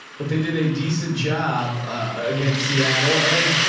but they did a decent job against seattle and